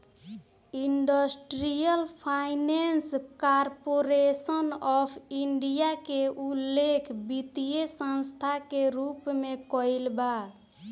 industrial finance corporation of India के उल्लेख वित्तीय संस्था के रूप में कईल बा